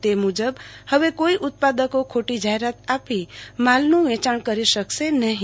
તે મુજબ હવે કોઈ ઉત્પાદકો ખોટી જાહેરાત આપી માલનું વેંચાણ કરી શકશે નહિ